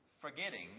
Forgetting